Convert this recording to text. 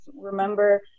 remember